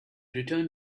returned